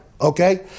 okay